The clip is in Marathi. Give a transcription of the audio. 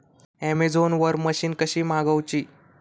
अमेझोन वरन मशीन कशी मागवची?